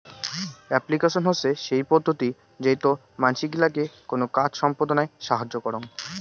application হসে সেই পদ্ধতি যেইটো মানসি গিলাকে কোনো কাজ সম্পদনায় সাহায্য করং